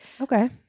okay